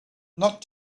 not